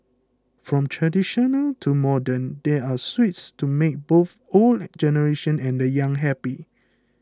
from traditional to modern there are sweets to make both the old generation and the young happy